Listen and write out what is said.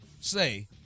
say